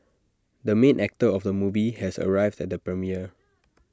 the main actor of the movie has arrived at the premiere